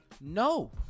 No